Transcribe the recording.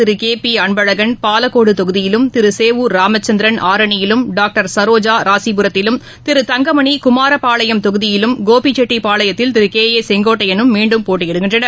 திருகேபிஅன்பழகன் பாலக்கோடுதொகுதியிலும் இதன்படி மாநிலஅமைச்சர்கள் திருசேவூர் ராமச்சந்திரன் ஆரணியிலும் டாக்டர் சரோஜாராசிபுரத்திலும் திரு தங்கமனிகுமாரப்பாளையம் தொகுதியிலும் கோபிச்செட்டிப்பாளையத்தில் திருகே ஏ செங்கோட்டையனும் மீன்டும் போட்டியிடுகின்றனர்